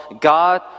God